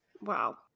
Wow